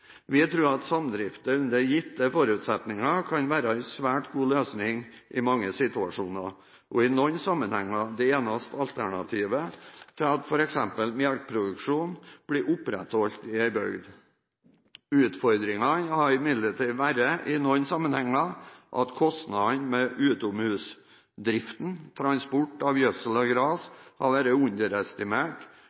Vi tror at samdrifter under gitte forutsetninger kan være en svært god løsning i mange situasjoner – og i noen sammenhenger det eneste alternativet til at f.eks. melkeproduksjon blir opprettholdt i en bygd. Utfordringen har imidlertid i noen sammenhenger vært at kostnadene med utomhusdriften, transport av gjødsel og gras, har vært underestimert